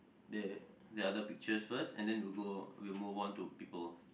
they're they're the pictures first and then we'll go we'll move on to people